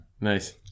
nice